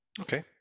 Okay